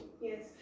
Yes